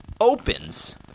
Opens